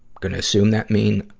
gonna assume that mean,